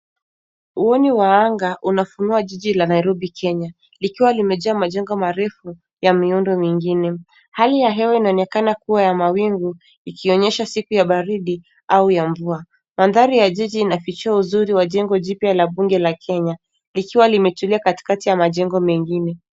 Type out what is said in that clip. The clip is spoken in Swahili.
Uoni wa anga unafunua jiji la nairobi Kenya likiwa limejaa majengo marefu ya miundo mingine hali ya hewa inaonekana kuwa ya mawingu ikionyesha siku ya baridi au ya mvua mandhari ya jiji inafichua uzuri wa jengo jipya la bunge la kenya likiwa limetulia kati kati ya majengo mengine